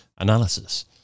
analysis